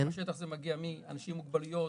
מהשטח זה מגיע מאנשים עם מוגבלויות,